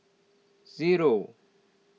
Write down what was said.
zero